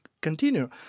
continue